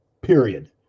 period